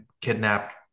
kidnapped